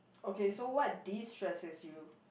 okay so what distresses you